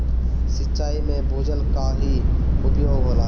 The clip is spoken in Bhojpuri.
सिंचाई में भूजल क ही उपयोग होला